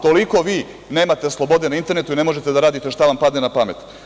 Toliko vi nemate slobode na internetu i ne možete da radite šta vam padne na pamet.